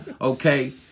okay